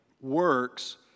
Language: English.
works